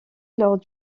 lors